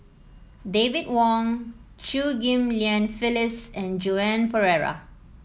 David Wong Chew Ghim Lian Phyllis and Joan Pereira